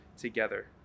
together